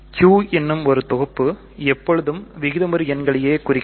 Q என்னும் தொகுப்பு எப்பொழுதும் விகிதமுறு எண்களையே குறிக்கும்